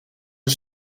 een